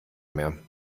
mehr